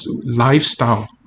Lifestyle